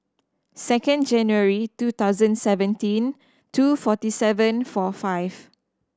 second January two thousand seventeen two forty seven four five